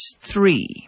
three